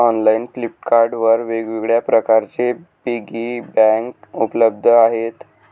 online Flipkart वर वेगवेगळ्या प्रकारचे पिगी बँक उपलब्ध आहेत